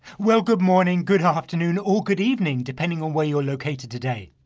well good morning, good afternoon or good evening depending on where you're located today.